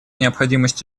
необходимость